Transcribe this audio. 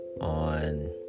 on